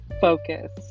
focus